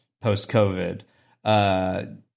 post-COVID